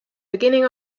beginning